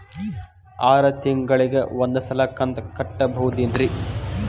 ಆರ ತಿಂಗಳಿಗ ಒಂದ್ ಸಲ ಕಂತ ಕಟ್ಟಬಹುದೇನ್ರಿ?